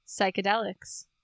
Psychedelics